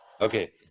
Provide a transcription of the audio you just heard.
okay